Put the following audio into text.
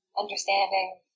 understanding